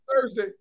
Thursday